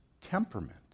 temperament